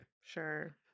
Sure